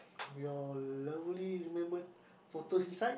your lovely remembered photos inside